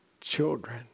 children